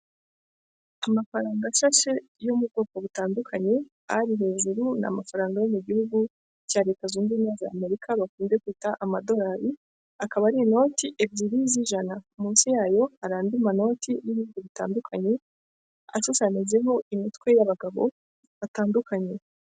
Amafaranga ashashe yo mu bwoko butandukanye ari hejuru ni amafaranga yo mu gihugu cya Leta Zunze ubumwe za Amerika bakunze kwita amadolari, akaba ari inoti ebyiri z'ijana munsi yayo hari andi manoti n'ibihugu bitandukanye ashushanyijeho imitwe y'abagabo batandukanye.